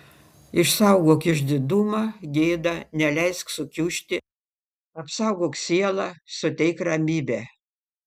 išsaugok išdidumą gėdą neleisk sukiužti apsaugok sielą suteik ramybę